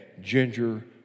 Ginger